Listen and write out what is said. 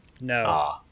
No